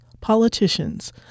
politicians